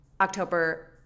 October